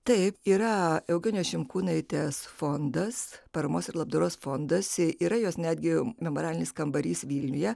taip yra eugenijos šimkūnaitės fondas paramos ir labdaros fondas yra jos netgi memorialinis kambarys vilniuje